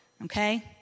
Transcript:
Okay